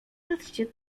patrzcie